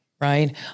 Right